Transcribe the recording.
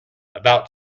about